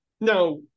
Now